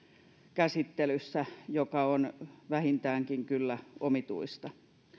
käsittelyssä mikä on kyllä vähintäänkin omituista